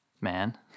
man